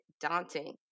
daunting